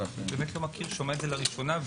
עליהן כאן בראשונה.